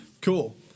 cool